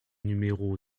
numéro